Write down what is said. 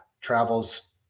travel's